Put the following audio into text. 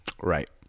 Right